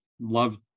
Love